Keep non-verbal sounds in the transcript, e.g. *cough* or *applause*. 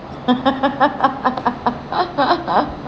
*laughs*